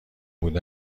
بود